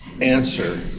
answer